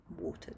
water